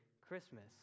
Christmas